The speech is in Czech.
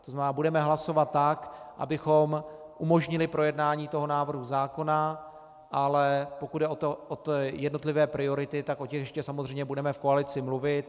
To znamená, budeme hlasovat tak, abychom umožnili projednání toho návrhu zákona, ale pokud jde o jednotlivé priority, tak o těch ještě samozřejmě budeme v koalici mluvit.